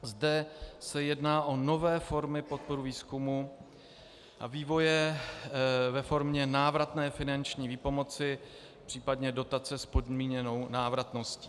Zde se jedná o nové formy podpory výzkumu a vývoje ve formě návratné finanční výpomoci, případně dotace s podmíněnou návratností.